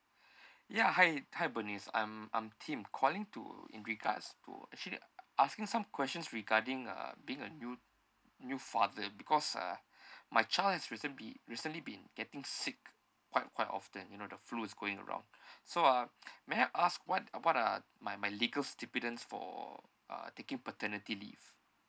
ya hi hi bernice I'm I'm tim calling to in regards to actually asking some questions regarding uh being a new new father because uh my child is recent be recently been getting sick quite quite often you know the flu is going around so um may I ask what what are my my legal stipulation for uh taking paternity leave